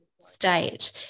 state